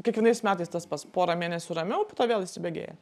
kiekvienais metais tas pats porą mėnesių ramiau po to vėl įsibėgėja